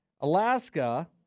Alaska